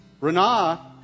Rana